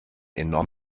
enorm